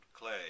clay